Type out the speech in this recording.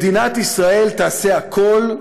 מדינת ישראל תעשה הכול,